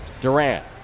Durant